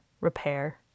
repair